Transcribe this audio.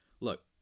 Look